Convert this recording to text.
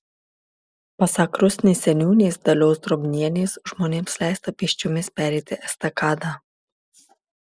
pasak rusnės seniūnės dalios drobnienės žmonėms leista pėsčiomis pereiti estakadą